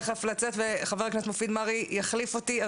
חבר הכנסת מופיד מרעי יחליף אותי.